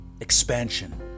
Expansion